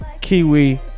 Kiwi